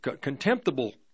contemptible